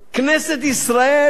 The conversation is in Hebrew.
כנסת ישראל,